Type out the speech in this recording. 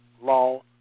law